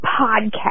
podcast